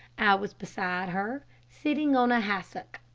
was beside her, sitting on a hassock,